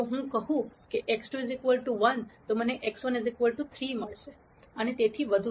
જો હું કહું કે x2 1 તો મને x1 3 મળશે અને તેથી વધુ